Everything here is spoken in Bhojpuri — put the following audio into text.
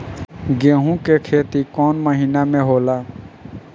गेहूं के खेती कौन महीना में होला?